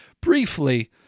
briefly